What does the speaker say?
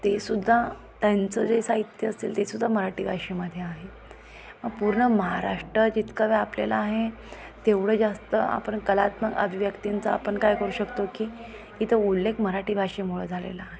तेसुद्धा त्यांचं जे साहित्य असेल तेसुद्धा मराठी भाषेमध्ये आहे पूर्ण महाराष्ट्र जितका व्यापलेला आहे तेवढं जास्त आपण कलात्मक अभिव्यक्तींचं आपण काय करू शकतो की इथं उल्लेख मराठी भाषेमुळं झालेला आहे